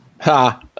Ha